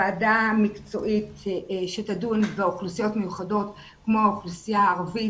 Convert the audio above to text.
ועדה מקצועית שתדון באוכלוסיות מיוחדות כמו האוכלוסייה הערבית